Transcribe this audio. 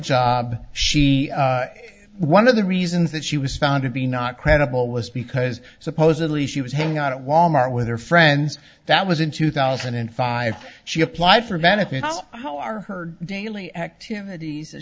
job she one of the reasons that she was found to be not credible was because supposedly she was hanging out at wal mart with her friends that was in two thousand and five she applied for benefits how are her daily activities a